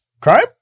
crime